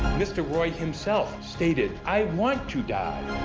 mr. roy himself stated i want to die.